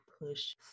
push